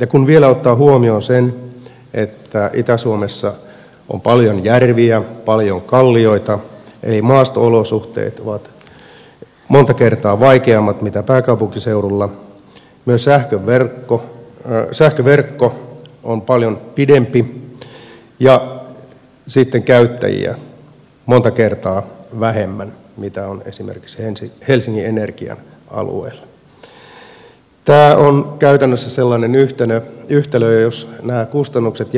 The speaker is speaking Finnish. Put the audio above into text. ja kun vielä ottaa huomioon sen että itä suomessa on paljon järviä paljon kallioita eli maasto olosuhteet ovat monta kertaa vaikeammat kuin pääkaupunkiseudulla myös sähköverkko on paljon pidempi ja sitten käyttäjiä monta kertaa vähemmän kuin on esimerkiksi helsingin energian alueella tämä on käytännössä sellainen yhtälö että jos nämä kustannukset